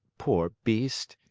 poor beast!